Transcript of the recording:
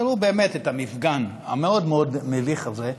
תראו את המפגן המאוד-מאוד-מביך הזה,